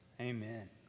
Amen